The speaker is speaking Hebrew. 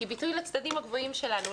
היא ביטוי לצדדים הגבוהים שלנו,